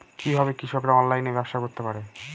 কিভাবে কৃষকরা অনলাইনে ব্যবসা করতে পারে?